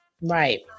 Right